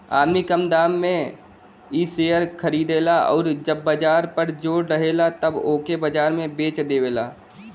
आदमी कम दाम पर इ शेअर खरीदेला आउर जब बाजार जोर पर रहेला तब ओके बाजार में बेच देवेला